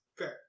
Okay